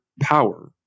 power